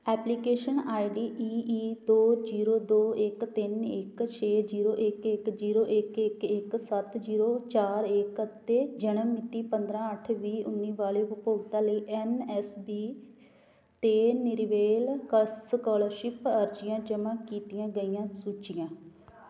application I D E E ਦੋ zero ਦੋ ਇੱਕ ਤਿੰਨ ਇੱਕ ਛੇ ਜ਼ੀਰੋ ਇੱਕ ਇੱਕ ਜ਼ੀਰੋ ਇੱਕ ਇੱਕ ਇੱਕ ਸੱਤ ਜ਼ੀਰੋ ਚਾਰ ਇੱਕ ਅਤੇ ਜਨਮ ਮਿਤੀ ਪੰਦਰ੍ਹਾਂ ਅੱਠ ਵੀਹ ਉੱਨੀ ਵਾਲੇ ਉਪਭੋਗਤਾ ਲਈ ਐਨ ਐਸ ਪੀ 'ਤੇ ਰਿਨਿਵੇਲ ਕ ਸਕਾਲਰਸ਼ਿਪ ਅਰਜ਼ੀਆਂ ਜਮ੍ਹਾਂ ਕੀਤੀਆਂ ਗਈਆਂ ਸੂਚੀਆਂ